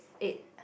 eight